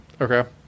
Okay